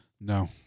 No